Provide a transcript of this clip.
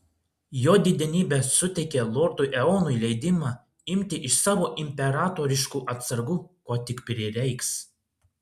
jo didenybė suteikė lordui eonui leidimą imti iš savo imperatoriškų atsargų ko tik prireiks